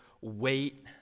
Wait